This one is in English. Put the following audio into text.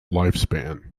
lifespan